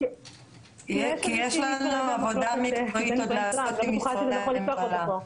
ואני לא בטוחה שזה נכון לפתוח אותה פה.